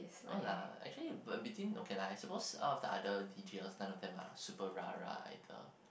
no lah actually between okay lah I suppose off the other details than of them lah super Rara item